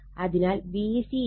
അതിനാൽ VC Q V ആകും